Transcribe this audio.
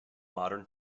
modern